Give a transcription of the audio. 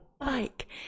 bike